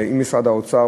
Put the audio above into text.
ועם משרד האוצר,